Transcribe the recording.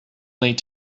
late